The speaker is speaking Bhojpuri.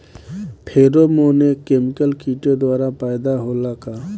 फेरोमोन एक केमिकल किटो द्वारा पैदा होला का?